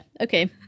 okay